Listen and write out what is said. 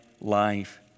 life